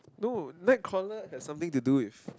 no Nightcrawler has something to do with